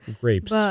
grapes